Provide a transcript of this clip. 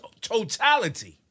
totality